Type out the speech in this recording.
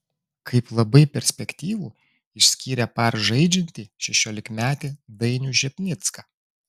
kaip labai perspektyvų išskyrė par žaidžiantį šešiolikmetį dainių žepnicką